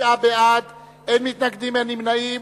49 בעד, אין מתנגדים, אין נמנעים.